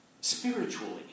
spiritually